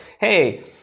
hey